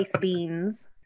beans